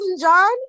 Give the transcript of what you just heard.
john